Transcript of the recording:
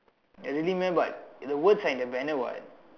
ya really meh but the words are in the banner [what]